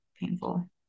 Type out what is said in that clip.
painful